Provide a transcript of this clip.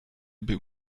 był